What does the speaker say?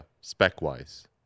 spec-wise